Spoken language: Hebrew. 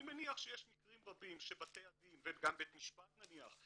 אני מניח שיש מקרים רבים שבתי הדין וגם בית משפט נניח,